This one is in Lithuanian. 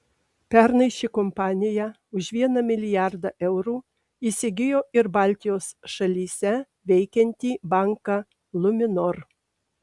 pernai ši kompanija už vieną milijardą eurų įsigijo ir baltijos šalyse veikiantį banką luminor